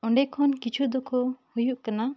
ᱚᱸᱰᱮ ᱠᱷᱚᱱ ᱠᱤᱪᱷᱩ ᱫᱚᱠᱚ ᱦᱩᱭᱩᱜ ᱠᱟᱱᱟ